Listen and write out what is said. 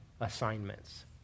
assignments